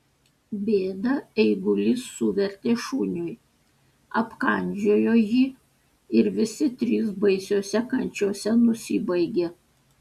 bėdą eigulys suvertė šuniui apkandžiojo jį ir visi trys baisiose kančiose nusibaigė